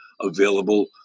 available